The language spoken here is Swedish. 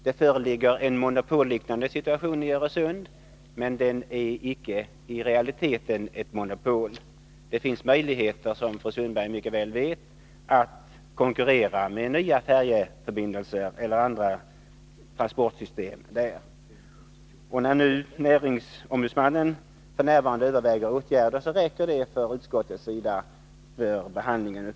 Det föreligger en monopolliknande situation i Öresundstrafiken, men i realiteten är det inte fråga om ett monopol. Det finns möjlighet, som Ingrid Sundberg mycket väl vet, att konkurrera med nya färjeförbindelser eller andra transportsystem. NO överväger nu om åtgärder bör vidtas, och utskottet anser att de övervägandena måste avvaktas.